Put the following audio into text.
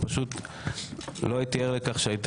זו לא חוות דעת.